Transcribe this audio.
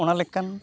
ᱚᱱᱟ ᱞᱮᱠᱟᱱ